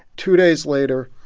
two days later,